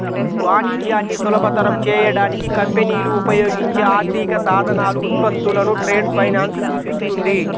వాణిజ్యాన్ని సులభతరం చేయడానికి కంపెనీలు ఉపయోగించే ఆర్థిక సాధనాలు, ఉత్పత్తులను ట్రేడ్ ఫైనాన్స్ సూచిస్తుంది